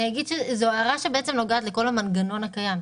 אני אגיד שזו הערה שבעצם נוגעת לכל המנגנון הקיים,